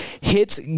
hits